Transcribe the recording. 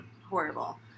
horrible